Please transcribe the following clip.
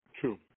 True